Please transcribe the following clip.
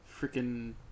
freaking